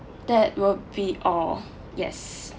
that will be all yes